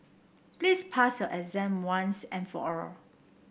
please pass your exam once and for all